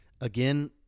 Again